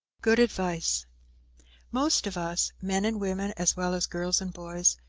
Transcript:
good advice most of us, men and women as well as girls and boys,